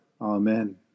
Amen